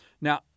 Now